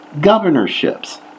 governorships